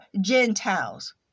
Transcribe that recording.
Gentiles